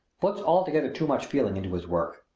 puts altogether too much feeling into his work.